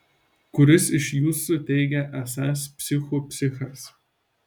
kuris iš jūsų teigia esąs psichų psichas